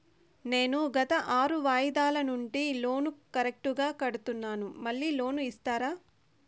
నేను గత ఆరు వాయిదాల నుండి లోను కరెక్టుగా కడ్తున్నాను, మళ్ళీ లోను ఇస్తారా?